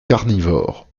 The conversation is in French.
carnivores